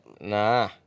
Nah